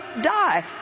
die